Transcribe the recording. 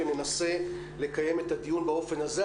וננסה לקיים את הדיון באופן הזה.